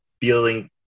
feeling